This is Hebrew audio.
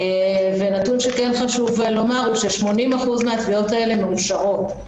ו-80% מן התביעות האלה מאושרות.